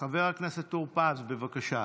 חבר הכנסת טור פז, בבקשה.